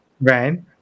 Right